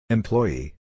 Employee